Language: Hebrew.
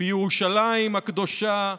בירושלים הקדושה,